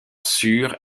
sur